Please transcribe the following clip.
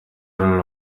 rule